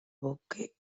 bosque